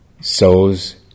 sows